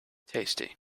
tasty